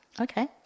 okay